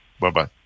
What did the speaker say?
Bye-bye